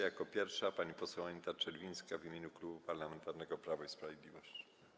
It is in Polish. Jako pierwsza pani poseł Anita Czerwińska w imieniu Klubu Parlamentarnego Prawo i Sprawiedliwość.